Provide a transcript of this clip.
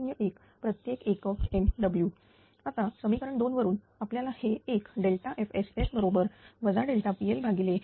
01 प्रत्येक एकक MW आता समीकरण 2 वरून आपल्याला हे एक FSS बरोबर PLD1R मिळाले